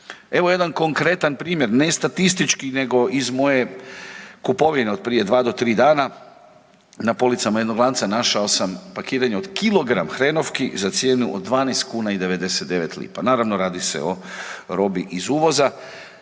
Evo jedan konkretan primjer ne statistički nego iz moje kupovine od prije dva do tri dana. Na policama jednog lanca našao sam pakiranje od kilogram hrenovki za cijenu od 12,99, naravno radi se o robi iz uvoza